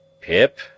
Pip